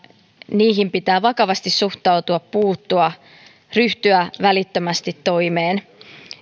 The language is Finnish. niihin pitää vakavasti suhtautua puuttua ryhtyä välittömästi toimeen